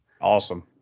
Awesome